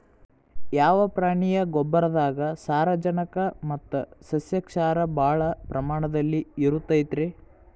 ಯಾವ ಪ್ರಾಣಿಯ ಗೊಬ್ಬರದಾಗ ಸಾರಜನಕ ಮತ್ತ ಸಸ್ಯಕ್ಷಾರ ಭಾಳ ಪ್ರಮಾಣದಲ್ಲಿ ಇರುತೈತರೇ?